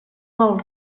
mal